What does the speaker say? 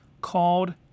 called